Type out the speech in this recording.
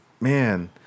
man